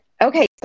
Okay